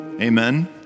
Amen